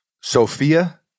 Sophia